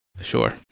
sure